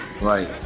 right